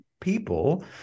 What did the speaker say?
people